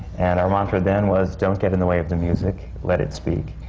and our mantra then was, don't get in the way of the music. let it speak.